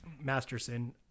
Masterson